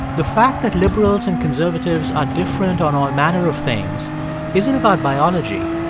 the fact that liberals and conservatives are different on all manner of things isn't about biology.